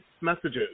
messages